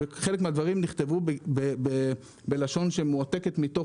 חלק מן הדברים נכתבו בלשון שמועתקת מתוך